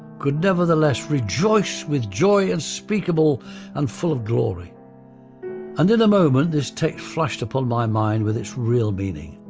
could nevertheless rejoice with joy unspeakable and full of glory and in a moment this text flashed upon my mind with its real meaning.